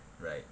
right